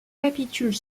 capitule